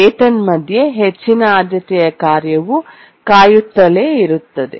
ಏತನ್ಮಧ್ಯೆ ಹೆಚ್ಚಿನ ಆದ್ಯತೆಯ ಕಾರ್ಯವು ಕಾಯುತ್ತಲೇ ಇರುತ್ತದೆ